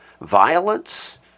violence